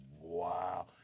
Wow